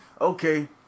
Okay